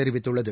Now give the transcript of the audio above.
தெரிவித்துள்ளது